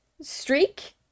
streak